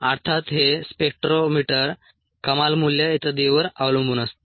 अर्थात हे स्पेक्ट्रोमीटर कमाल मूल्य इत्यादींवर अवलंबून असते